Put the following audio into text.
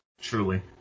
Truly